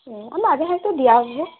হ্যাঁ আমি আগে হয়তো দিয়ে আসবো